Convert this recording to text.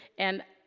and,